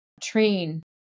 train